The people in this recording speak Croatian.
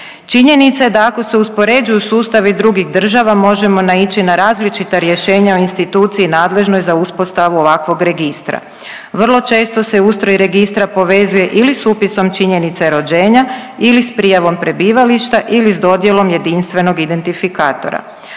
Činjenica je da ako se uspoređuju sustavi drugih država možemo naići na različita rješenja o instituciji nadležnoj za uspostavu ovakvog registra. Vrlo često se ustroj registra povezuje ili s upisom činjenice rođenja ili s prijavom prebivališta ili s dodjelom jedinstvenog identifikatora.